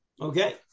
Okay